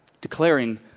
declaring